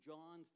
John